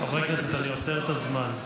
חברי הכנסת, אני עוצר את הזמן.